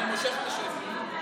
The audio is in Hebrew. אני מושך את השמית.